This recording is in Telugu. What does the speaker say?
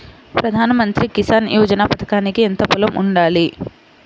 ప్రధాన మంత్రి కిసాన్ యోజన పథకానికి ఎంత పొలం ఉండాలి?